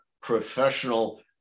professional